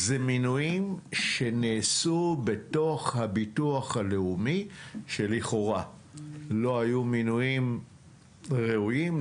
זה מינויים שנעשו בתוך הביטוח הלאומי שלכאורה לא היו מינויים ראויים,